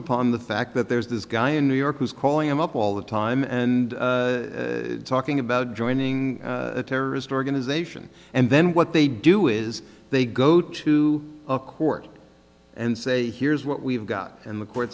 upon the fact that there's this guy in new york who's calling him up all the time and talking about joining a terrorist organization and then what they do is they go to court and say here's what we've got and the court